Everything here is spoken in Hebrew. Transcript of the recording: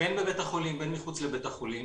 בין בבית החולים, בין מחוץ לבית החולים